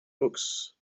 books